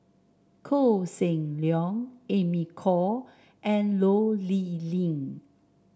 Koh Seng Leong Amy Khor and Toh Liying